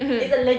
mmhmm